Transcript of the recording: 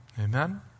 Amen